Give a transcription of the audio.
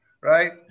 right